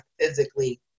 physically